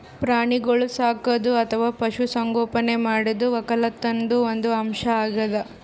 ಪ್ರಾಣಿಗೋಳ್ ಸಾಕದು ಅಥವಾ ಪಶು ಸಂಗೋಪನೆ ಮಾಡದು ವಕ್ಕಲತನ್ದು ಒಂದ್ ಅಂಶ್ ಅಗ್ಯಾದ್